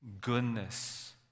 goodness